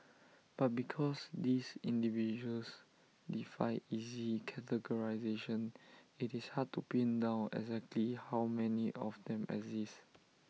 but because these individuals defy easy categorisation IT is hard to pin down exactly how many of them exist